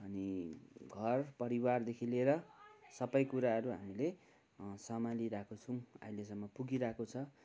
अनि घर परिवारदेखि लिएर सबै कुराहरू हामीले सम्हाली रहेको छौँ अहिलेसम्म पुगिरहेको छ